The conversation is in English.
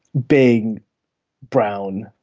being brown,